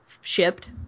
shipped